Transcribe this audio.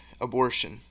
abortion